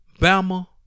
Bama